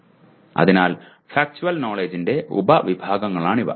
അതിനാൽ ഫാക്ട്വുവൽ നോളഡ്ജ്ന്റെ ഉപവിഭാഗങ്ങളാണിവ